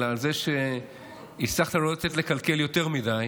אלא על זה שהצלחת לא לתת לקלקל יותר מדי